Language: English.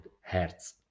hertz